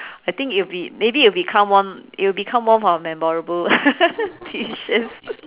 I think it will maybe it will become one it will become more of a memorable dishes